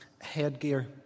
headgear